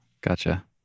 Gotcha